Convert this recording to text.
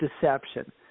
deception